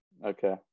Okay